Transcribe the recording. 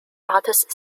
artist